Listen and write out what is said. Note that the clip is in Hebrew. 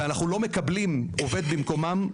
ואנחנו לא מקבלים עובד במקומם,